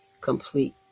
complete